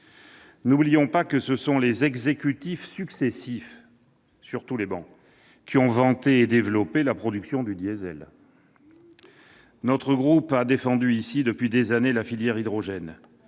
N'oublions pas que ce sont les exécutifs successifs, quelle que soit leur couleur politique, qui ont vanté et développé la production du diesel ! Notre groupe a défendu ici, depuis des années, la filière hydrogène.